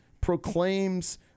proclaims